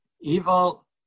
Evil